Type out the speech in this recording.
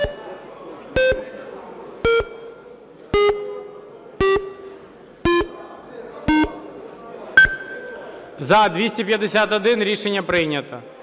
За-200 Рішення прийнято.